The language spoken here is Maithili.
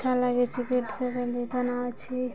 अच्छा लागै छै बनाबै छी